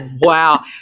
wow